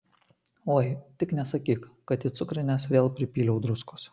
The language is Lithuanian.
oi tik nesakyk kad į cukrines vėl pripyliau druskos